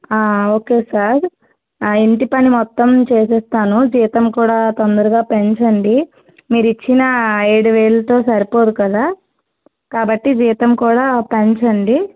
okay sir ఇంటి పని మొత్తం చేసేస్తాను జీతం కూడా తొందరగా పెంచండి మీరిచ్చిన ఏడు వేలతో సరిపోదు కదా కాబట్టి జీతం కూడా పెంచండి